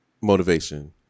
motivation